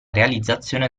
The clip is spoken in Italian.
realizzazione